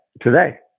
today